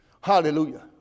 Hallelujah